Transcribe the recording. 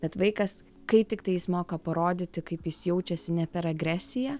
bet vaikas kai tiktai jis moka parodyti kaip jis jaučiasi ne per agresiją